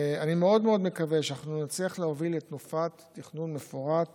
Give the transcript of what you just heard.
אני מאוד מאוד מקווה שאנחנו נצליח להוביל לתנופת תכנון מפורט